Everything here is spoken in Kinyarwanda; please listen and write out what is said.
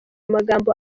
amagambo